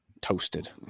toasted